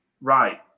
right